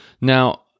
Now